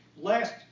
last